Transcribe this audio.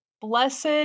blessed